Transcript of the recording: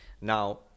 Now